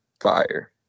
Fire